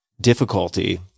difficulty